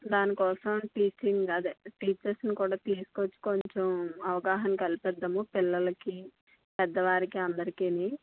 దాని కోసం టీచింగ్ అదే టీచర్స్ని కూడా తీసుకుని వచ్చి కొంచెం అవగాహన కల్పిద్దాము పిల్లలకి పెద్దవారికి అందరికీను